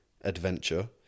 Adventure